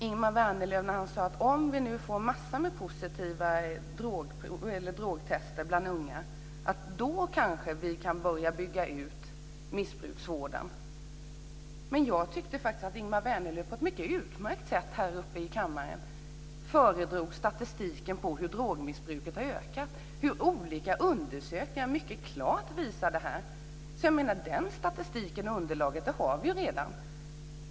Ingemar Vänerlöv sade att om vi nu får massor av positiva drogtester bland unga kanske vi kan börja bygga ut missbrukarvården. Men jag tyckte faktiskt att Ingemar Vänerlöv på ett utmärkt sätt i kammaren föredrog statistiken på hur drogmissbruket har ökat, att olika undersökningar mycket klart visar det. Jag menar att den statistiken och det underlaget har vi redan.